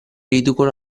riducono